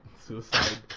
Suicide